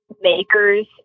makers